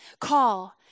call